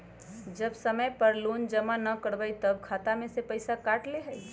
जब समय पर लोन जमा न करवई तब खाता में से पईसा काट लेहई?